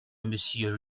monsieur